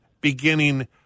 beginning